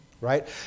Right